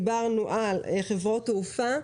דיברנו על חברות תעופה,